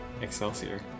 Excelsior